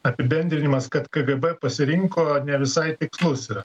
apibendrinimas kad kgb pasirinko ne visai tikslus yra